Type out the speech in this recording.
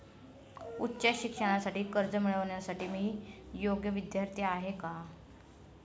उच्च शिक्षणासाठी कर्ज मिळविण्यासाठी मी योग्य विद्यार्थी आहे का?